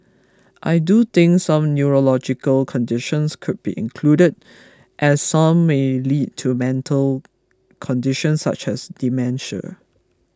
I do think some neurological conditions could be included as some may lead to mental conditions such as dementia